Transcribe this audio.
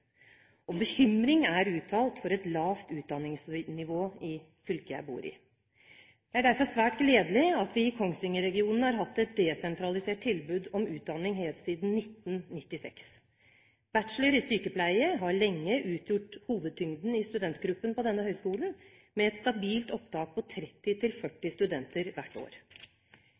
og bekymring er uttalt for et lavt utdanningsnivå i fylket jeg bor i. Det er derfor svært gledelig at vi i Kongsvinger-regionen har hatt et desentralisert tilbud om utdanning helt siden 1996. Bachelor i sykepleie har lenge utgjort hovedtyngden i studentgruppen på denne høgskolen, med et stabilt opptak på 30–40 studenter hvert år.